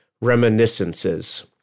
reminiscences